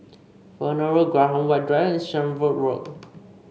Fernhill Road Graham White Drive and Shenvood Road